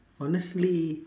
honestly